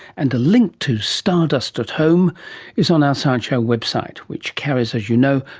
and a link to stardust at home is on our science show website, which carries, as you know,